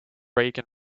reagan